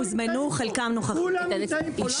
כולם נמצאים פה.